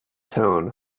tone